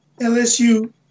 LSU